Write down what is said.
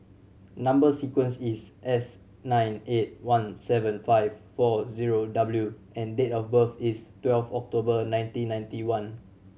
number sequence is S nine eight one seven five four zero W and date of birth is twelve October nineteen ninety one